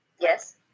Yes